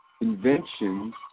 inventions